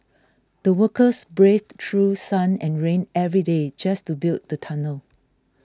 the workers braved through sun and rain every day just to build the tunnel